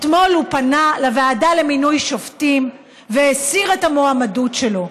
אתמול הוא פנה לוועדה למינוי שופטים והסיר את המועמדות שלו.